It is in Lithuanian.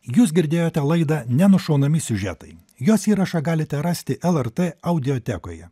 jūs girdėjote laidą nenušaunami siužetai jos įrašą galite rasti lrt audiotekoje